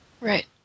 Right